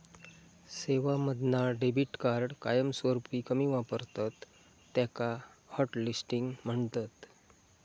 सेवांमधना debit card कायमस्वरूपी कमी वापरतत त्याका हॉटलिस्टिंग म्हणतत